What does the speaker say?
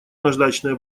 наждачная